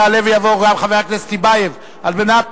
יעלה ויבוא גם חבר הכנסת טיבייב על מנת